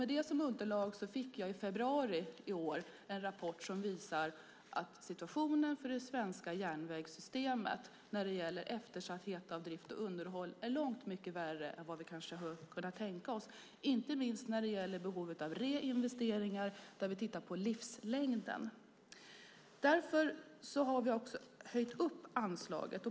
Med det som underlag fick jag i februari i år en rapport som visar att situationen för det svenska järnvägssystemet när det gäller eftersatt drift och underhåll är långt mycket värre än vad vi har kunnat tänka oss, inte minst när det gäller behovet av reinvesteringar där vi tittar på livslängden. Därför har vi höjt anslaget.